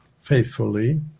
faithfully